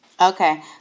Okay